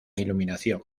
iluminación